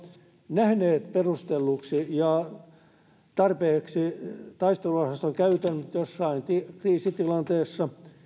nähneet perustelluksi ja tarpeelliseksi taisteluosaston käytön jossain kriisitilanteessa